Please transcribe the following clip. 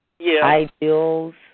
ideals